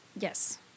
Yes